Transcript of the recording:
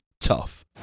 tough